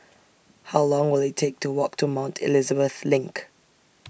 How Long Will IT Take to Walk to Mount Elizabeth LINK